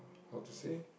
how to say